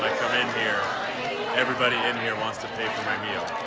come in here everybody in here wants to pay for my meal.